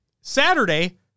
Saturday